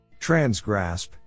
Transgrasp